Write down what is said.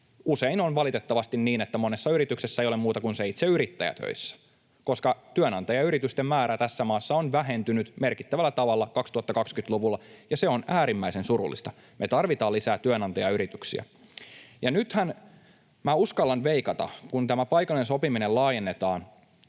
Usein on valitettavasti niin, että monessa yrityksessä ei ole muuta kuin se itse yrittäjä töissä, koska työnantajayritysten määrä tässä maassa on vähentynyt merkittävällä tavalla 2020-luvulla, ja se on äärimmäisen surullista. Me tarvitaan lisää työnantajayrityksiä. Ja nythän, minä uskallan veikata, kun tämä paikallinen sopiminen laajennetaan